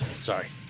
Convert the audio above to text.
Sorry